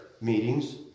meetings